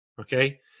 okay